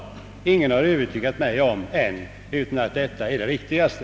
Ingen har ännu övertygat mig om att det sistnämnda inte skulle vara det riktigaste.